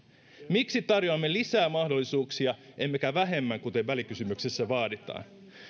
miksi tarjoamme lisää mahdollisuuksia emmekä vähemmän kuten välikysymyksessä vaaditaan